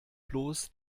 bloß